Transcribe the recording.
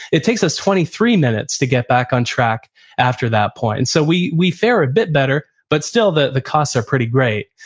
it takes us twenty three minutes to get back on track after that point. and so we we fare a bit better, but still the the costs are pretty great.